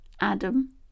Adam